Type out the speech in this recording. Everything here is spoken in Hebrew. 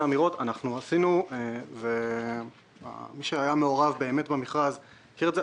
אמירות מי שהיה מעורב באמת במכרז מכיר את זה,